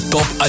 Top